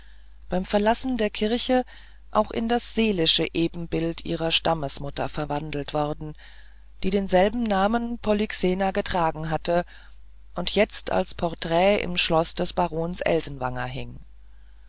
beim verlassen der kirche auch in das seelische ebenbild ihrer stammesmutter verwandelt worden die denselben namen polyxena getragen hatte und jetzt als porträt im schloß des barons elsenwanger hing